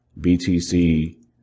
BTC